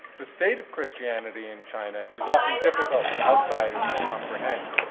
the state of christianity in china is often difficult for outsiders to comprehend.